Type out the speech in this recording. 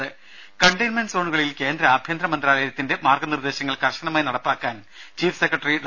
രുദ കണ്ടെയിൻമെന്റ് സോണുകളിൽ കേന്ദ്ര ആഭ്യന്തര മന്ത്രാലയത്തിന്റെ മാർഗനിർദേശങ്ങൾ കർശനമായി നടപ്പാക്കാൻ ചീഫ് സെക്രട്ടറി ഡോ